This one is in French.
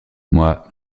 moi